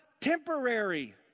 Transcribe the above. temporary